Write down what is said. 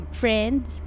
friends